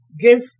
Give